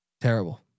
Terrible